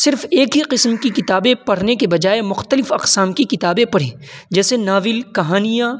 صرف ایک ہی قسم کی کتابیں پڑھنے کے بجائے مختلف اقسام کی کتابیں پڑھیں جیسے ناول کہانیاں